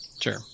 Sure